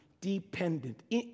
dependent